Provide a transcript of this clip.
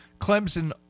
Clemson